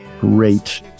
great